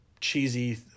cheesy